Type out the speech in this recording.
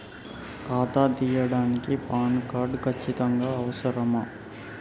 ఖాతా తీయడానికి PAN card ఖచ్చితంగా అవసరమా?